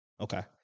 Okay